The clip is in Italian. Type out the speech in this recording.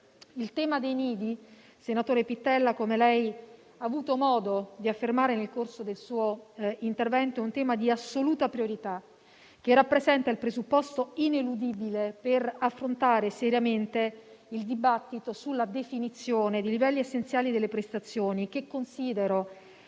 Il tema dei nidi, senatore Pittella, come lei ha avuto modo di affermare nel corso del suo intervento, è di assoluta priorità e rappresenta il presupposto ineludibile per affrontare seriamente il dibattito sulla definizione dei livelli essenziali delle prestazioni, che considero